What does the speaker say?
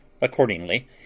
Accordingly